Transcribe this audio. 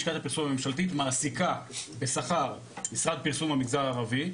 לשכת הפרסום הממשלתית מעסיקה בשכר משרד פרסום מהמגזר הערבי,